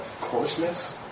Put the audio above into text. coarseness